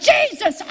Jesus